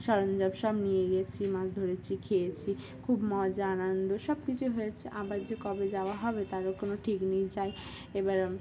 সরঞ্জাম সব নিয়ে গিয়েছি মাছ ধরেছি খেয়েছি খুব মজা আনন্দ সব কিছুই হয়েছে আবার যে কবে যাওয়া হবে তারও কোনো ঠিক নেই যায় এবার